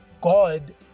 God